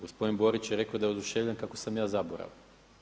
Gospodin Borić je rekao da je oduševljen kako sam ja zaboravan.